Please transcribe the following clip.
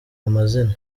amazina